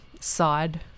side